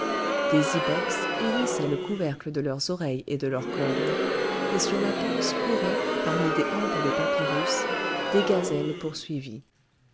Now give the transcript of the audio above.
des ibex hérissaient le couvercle de leurs oreilles et de leurs cornes et sur la panse couraient parmi des hampes de papyrus des gazelles